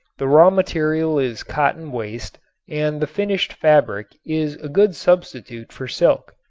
the raw material is cotton waste and the finished fabric is a good substitute for silk.